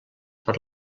per